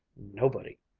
nobody!